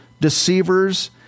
deceivers